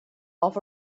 off